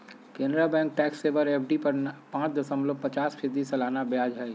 Canara bank tax saver FD पर पाच दशमलब पचास फीसदी सालाना ब्याज हइ